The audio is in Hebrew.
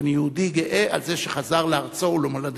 ואני יהודי גאה על זה שחזר לארצו ולמולדתו.